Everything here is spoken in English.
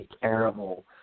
terrible